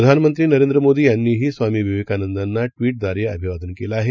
प्रधानमंत्रीनरेंद्रमोदीयांनीहीस्वामीविवेकानंदांनाट्वीटद्वारेअभिवादनकेलंआहे